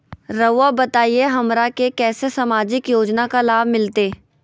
रहुआ बताइए हमरा के कैसे सामाजिक योजना का लाभ मिलते?